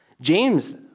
James